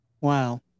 Wow